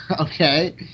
Okay